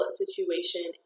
situation